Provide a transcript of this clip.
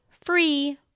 free